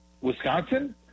Wisconsin